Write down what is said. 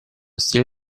stile